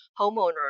homeowners